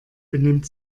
benimmt